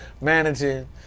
managing